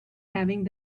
having